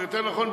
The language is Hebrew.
או יותר נכון,